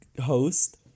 host